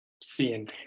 seeing